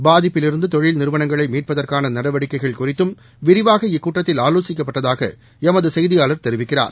பாதிப்பிலிருந்து தொழில் நிறுவனங்களை மீட்பதற்கான நடவடிக்கைகள் குறித்தம் விரிவாக இக்கூட்டத்தில் ஆலோசிக்கப்பட்டதாக எமது செய்தியாளர் தெரிவிக்கிறார்